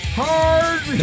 hard